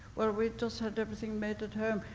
well, we just had everything made at home.